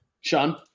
Sean